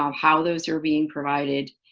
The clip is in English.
um how those are being provided.